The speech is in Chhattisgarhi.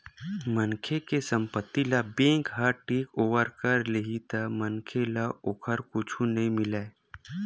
मनखे के संपत्ति ल बेंक ह टेकओवर कर लेही त मनखे ल ओखर कुछु नइ मिलय